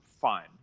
fine